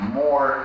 more